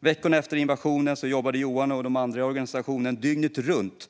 Veckorna efter invasionen jobbade Johan och de andra i organisationen dygnet runt.